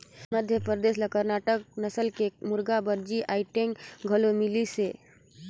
मध्यपरदेस ल कड़कनाथ नसल के मुरगा बर जी.आई टैग घलोक मिलिसे